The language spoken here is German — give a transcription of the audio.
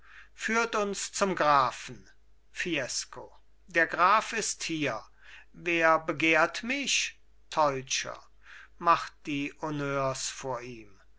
führt uns zum grafen fiesco der graf ist hier wer begehrt mich teutscher macht die honneur vor ihm